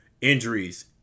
Injuries